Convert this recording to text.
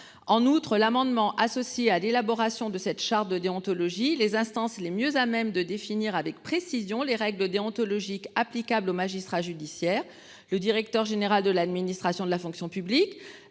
en outre l'amendement associés à l'élaboration de cette charte de déontologie. Les instances les mieux à même de définir avec précision les règles déontologiques applicables aux magistrats judiciaires. Le directeur général de l'administration de la fonction publique,